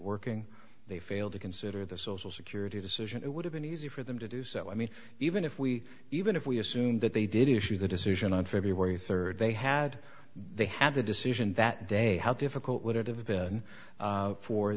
working they failed to consider the social security decision it would have been easy for them to do so i mean even if we even if we assume that they didn't issue the decision on february third they had they had the decision that day how difficult w